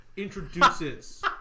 introduces